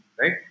right